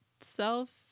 self